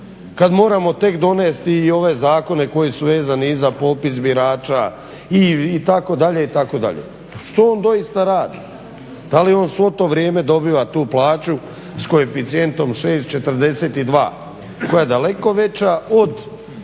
kada moramo tek donesti ove zakone koji su vezani i za popis birača itd. što on doista radi? Da li on svo to vrijeme dobiva tu plaću s koeficijentom 6,42 koja je daleko veća od